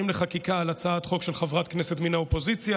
לחקיקה על הצעת חוק של חברת כנסת מהאופוזיציה,